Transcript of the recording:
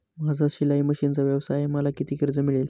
माझा शिलाई मशिनचा व्यवसाय आहे मला किती कर्ज मिळेल?